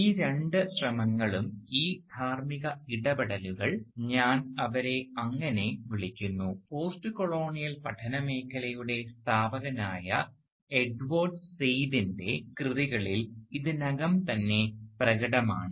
ഈ രണ്ട് ശ്രമങ്ങളും ഈ ധാർമ്മിക ഇടപെടലുകൾ ഞാൻ അവരെ അങ്ങനെ വിളിക്കുന്നു പോസ്റ്റ്കൊളോണിയൽ പഠന മേഖലയുടെ സ്ഥാപകനായ എഡ്വേർഡ് സെയ്ദിൻറെ കൃതികളിൽ ഇതിനകം തന്നെ പ്രകടമാണ്